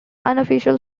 unofficial